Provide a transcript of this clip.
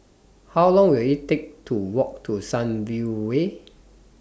How Long Will IT Take to Walk to Sunview Way